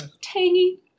tangy